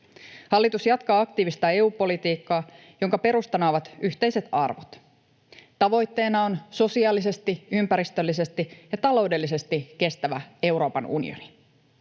Hallitus jatkaa aktiivista EU-politiikkaa, jonka perustana ovat yhteiset arvot. Tavoitteena on sosiaalisesti, ympäristöllisesti ja taloudellisesti kestävä Euroopan unioni.